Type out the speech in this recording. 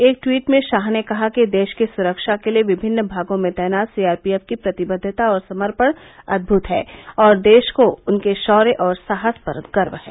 एक ट्वीट में शाह ने कहा कि देश की सुरक्षा के लिए विभिन्न भागों में तैनात सीआरपीएफ की प्रतिबद्धता और समर्पण अद्भुत है और देश को उनके शौर्य और साहस पर गर्व है